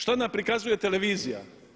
Što nam prikazuje televizija?